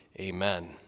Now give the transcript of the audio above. Amen